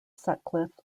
sutcliffe